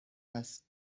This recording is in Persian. است